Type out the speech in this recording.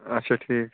اچھا ٹھیٖک